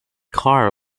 car